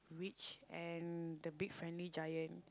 witch and the Big Friendly Giant